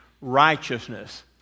righteousness